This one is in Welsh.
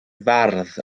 fardd